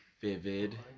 vivid